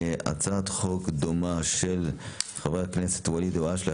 הצעת חוק דומה של חבר הכנסת ואליד אלהואשלה,